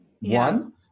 One